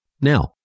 Now